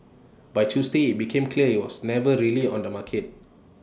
by Tuesday IT became clear he was never really on the market